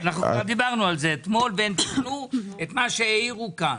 אנחנו כבר דיברנו על זה אתמול והם תיקנו את מה שהעירו כאן.